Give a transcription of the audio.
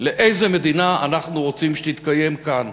איזו מדינה אנחנו רוצים שתתקיים כאן.